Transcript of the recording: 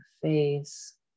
face